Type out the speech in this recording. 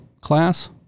class